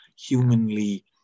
humanly